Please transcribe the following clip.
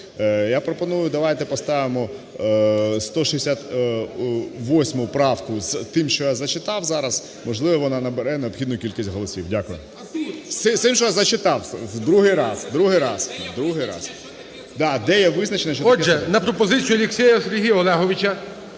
Я пропоную давайте поставимо 168 правку з тим, що я зачитав зараз, можливо, вона набере необхідну кількість голосів. Дякую. З цим, що я зачитав другий раз, другий раз. Да, де є визначення, що таке… ГОЛОВУЮЧИЙ. Отже, на пропозицію Алєксєєва Сергія Олеговича